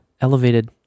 elevated